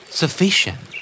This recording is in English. sufficient